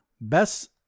best